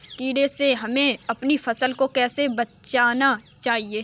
कीड़े से हमें अपनी फसल को कैसे बचाना चाहिए?